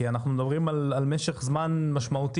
כי אנחנו מדברים על משך זמן משמעותי.